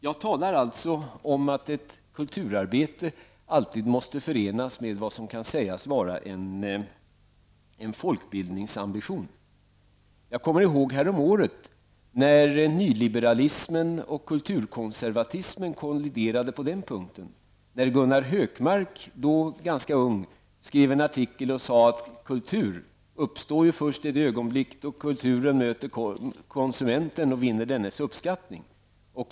Jag talar alltså om att ett kulturarbete alltid måste förenas med vad som kan sägas vara en folkbildningsambition. Jag kommer ihåg häromåret, när nyliberalismen och kulturkonservatismen kolliderade på den punkten. Gunnar Hökmark, då ganska ung, skrev i en artikel att kultur uppstår först i det ögonblick då kulturen möter konsumenten och vinner dennes uppskattning.